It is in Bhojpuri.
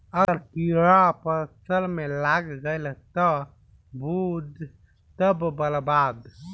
अगर कीड़ा फसल में लाग गईल त बुझ सब बर्बाद